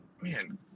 man